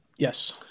Yes